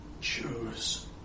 Choose